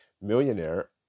millionaire